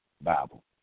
Bible